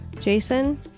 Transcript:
Jason